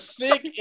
sick